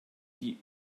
die